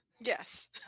yes